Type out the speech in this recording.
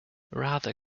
rather